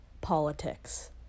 politics